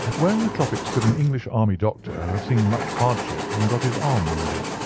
where in the tropics could an english army doctor have seen much hardship and got his arm wounded?